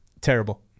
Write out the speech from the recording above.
Terrible